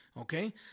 Okay